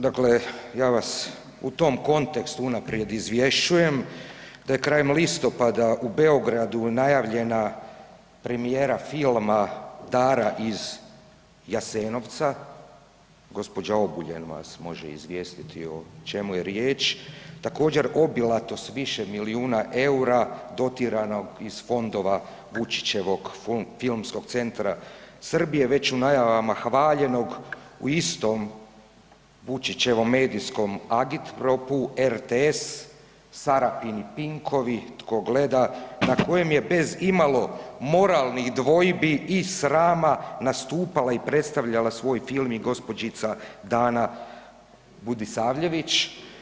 Dakle, ja vas u tom kontekstu unaprijed izvješćujem da je krajem listopada u Beogradu najavljena premijera filma Dara iz Jasenovca, gospođa Obuljen vas može izvijestiti o čemu je riječ također obilatost više milijuna eura dotjeranog iz fondova Vučićevog Filmskog centra Srbije već u najavama hvaljenog u istom Vučićevom medijskom agitpropu RTS Sarapin i Pinkovi tko gleda, na kojem je bez imalo moralnih dvojbi i srama nastupala i predstavljala svoj film i gospođica Dana Budisavljević.